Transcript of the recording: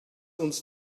uns